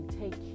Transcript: take